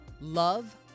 Love